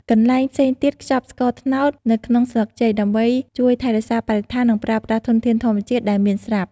កន្លែងផ្សេងទៀតខ្ចប់ស្ករត្នោត នៅក្នុងស្លឹកចេក ដើម្បីជួយថែរក្សាបរិស្ថាន និងប្រើប្រាស់ធនធានធម្មជាតិដែលមានស្រាប់។